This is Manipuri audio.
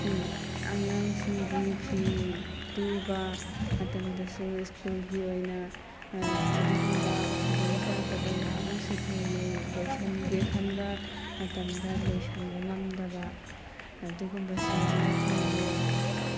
ꯑꯉꯥꯡꯁꯤꯡꯒꯤ ꯐꯤ ꯇꯨꯕ ꯃꯇꯝꯗꯁꯨ ꯁ꯭ꯀꯨꯜꯒꯤ ꯑꯣꯏꯅ ꯑꯗꯨꯒꯨꯝꯕ ꯈꯨꯗꯣꯡꯆꯥꯗꯕ ꯃꯌꯥꯝ ꯑꯝꯁꯨ ꯊꯦꯡꯅꯩ ꯂꯣꯏꯁꯟꯒꯦ ꯈꯟꯕ ꯃꯇꯝꯗ ꯂꯣꯏꯁꯟꯕ ꯉꯝꯗꯕ ꯑꯗꯨꯒꯨꯝꯕꯁꯨ ꯌꯥꯝꯅ ꯊꯦꯡꯅꯩ